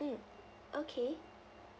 mm okay